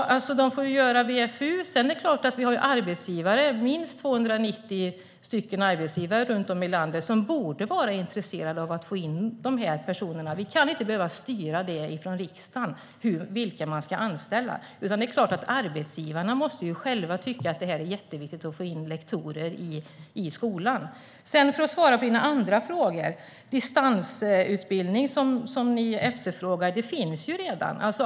De får göra VFU. Sedan finns det minst 290 arbetsgivare ute i landet som borde vara intresserade av att få in dem. Vi ska inte behöva styra det från riksdagen och bestämma vilka som de ska anställa. Det är klart att arbetsgivarna själva måste tycka att det är jätteviktigt att få in lektorer i skolan. Låt mig svara på dina andra frågor, Betty Malmberg. Distansutbildning, som ni efterfrågar, finns ju redan.